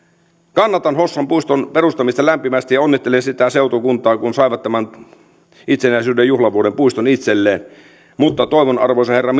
kannatan hossan puiston perustamista lämpimästi ja onnittelen sitä seutukuntaa kun saivat tämän itsenäisyyden juhlavuoden puiston itselleen mutta toivon arvoisa herra